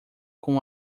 com